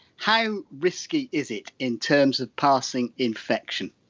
how risky is it in terms of passing infection?